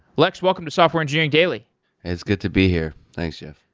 lex, welcome to software engineering daily it's good to be here. thanks, jeff.